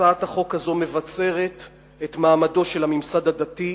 הצעת החוק הזו מבצרת את מעמדו של הממסד הדתי,